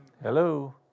Hello